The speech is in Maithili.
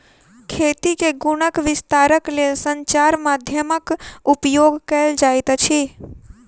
खेती के गुणक विस्तारक लेल संचार माध्यमक उपयोग कयल जाइत अछि